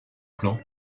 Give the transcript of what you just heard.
plan